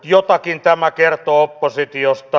jotakin tämä kertoo oppositiosta